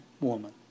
woman